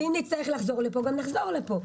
ואם נצטרך לחזור לפה אז גם נחזור לפה.